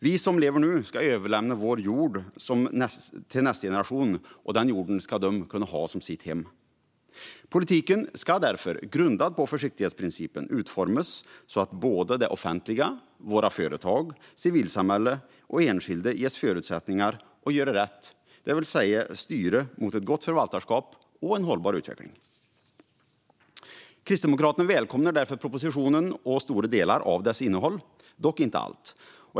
Vi som lever nu ska överlämna vår jord till nästa generation, och den jorden ska de kunna ha som sitt hem. Politiken ska därför, grundad på försiktighetsprincipen, utformas så att både det offentliga, våra företag, civilsamhället och enskilda ges förutsättningar att göra rätt, det vill säga styra mot ett gott förvaltarskap och en hållbar utveckling. Kristdemokraterna välkomnar därför propositionen och stora delar av dess innehåll, dock inte allt.